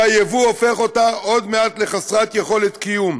והיבוא הופך אותה עוד מעט לחסרת יכולת קיום.